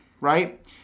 right